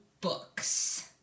books